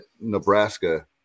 Nebraska